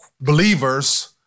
believers